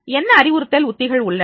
என்ன அறிவுறுத்தல் உத்திகள் உள்ளன